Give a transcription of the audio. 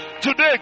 Today